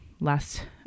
last